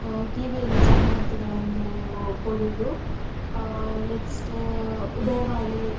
ಟಿವಿಯಲ್ಲಿ ಜಾಹಿರಾತುಗಳನ್ನೂ ಕೊಡುವುದು ನೆಕ್ಸ್ಟ್ ಉದಯವಾಣಿ